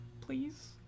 please